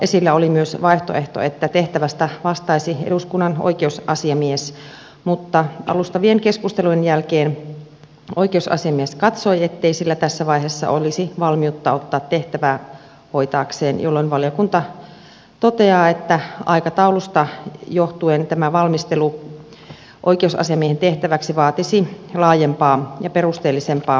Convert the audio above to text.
esillä oli myös vaihtoehto että tehtävästä vastaisi eduskunnan oikeusasiamies mutta alustavien keskustelujen jälkeen oikeusasiamies katsoi ettei hänellä tässä vaiheessa olisi valmiutta ottaa tehtävää hoitaakseen jolloin valiokunta toteaa että aikataulusta johtuen tämä valmistelu oikeusasiamiehen tehtäväksi vaatisi laajempaa ja perusteellisempaa valmistelua